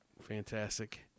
fantastic